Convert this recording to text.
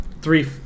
three